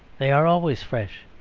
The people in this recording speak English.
they are always fresh,